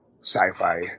sci-fi